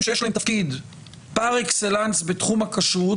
שיש להם תפקיד פר-אקסלנס בתחום הכשרות,